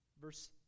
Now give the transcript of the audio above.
Verse